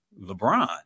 LeBron